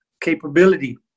capability